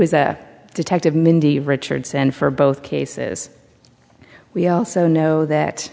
was a detective mindy richardson for both cases we also know that